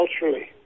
culturally